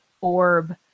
orb